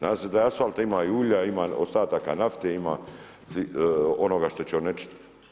Nadam se da asfalta ima, ima i ulja, ima ostataka nafte, ima onoga što će onečistiti.